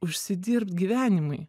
užsidirbt gyvenimui